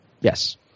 Yes